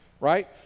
right